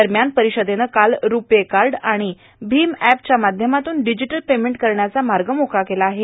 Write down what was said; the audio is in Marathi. दरम्यान परिषदेनं काल रूपये कार्ड आणि भीम एपच्या माध्यमातून डिजिटल पेमेंट करण्याचा मार्ग मोकळा केला आहे